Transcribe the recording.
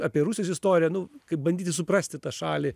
apie rusijos istoriją nu kaip bandyti suprasti tą šalį